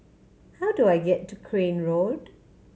how do I get to Crane Road